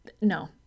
No